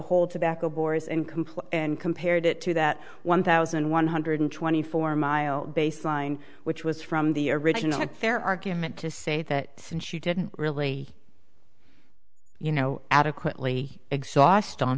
whole tobacco boars incomplete and compared it to that one thousand one hundred twenty four mile baseline which was from the original a fair argument to say that since she didn't really you know adequately exhaust on